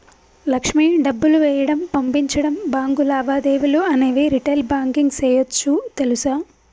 లక్ష్మి డబ్బులు వేయడం, పంపించడం, బాంకు లావాదేవీలు అనేవి రిటైల్ బాంకింగ్ సేయోచ్చు తెలుసా